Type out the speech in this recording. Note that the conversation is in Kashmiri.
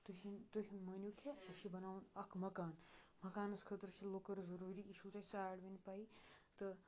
تِہنٛد تُہۍ مٲنِو کہِ اَسہِ چھُ بَناوُن اَکھ مَکان مَکانَس خٲطرٕ چھِ لٔکٕر ضروٗری یہِ چھُو تۄہہِ سارنٕے پَیِی تہٕ